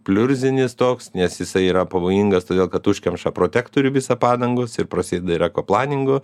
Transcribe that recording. pliurzinis toks nes jisai yra pavojingas todėl kad užkemša protektorių visą padangos ir prasideda ir ekoplaningo